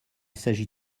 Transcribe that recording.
s’agit